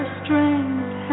strength